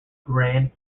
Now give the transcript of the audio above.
grand